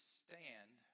stand